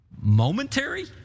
Momentary